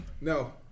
No